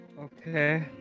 Okay